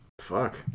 Fuck